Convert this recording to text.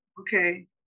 Okay